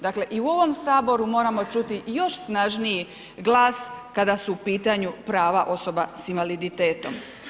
Dakle i u ovom Saboru moramo čuti još snažniji glas kada su u pitanju prava osoba sa invaliditetom.